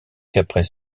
qu’après